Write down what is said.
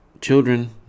children